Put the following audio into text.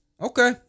Okay